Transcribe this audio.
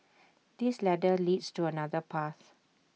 this ladder leads to another path